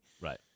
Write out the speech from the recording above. Right